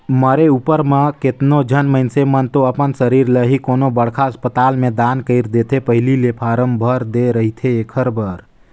मरे उपर म केतनो झन मइनसे मन तो अपन सरीर ल ही कोनो बड़खा असपताल में दान कइर देथे पहिली ले फारम भर दे रहिथे एखर बर